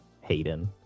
Hayden